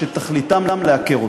שתכליתן לעקר אותו.